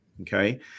Okay